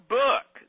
book